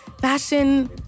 fashion